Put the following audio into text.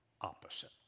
opposite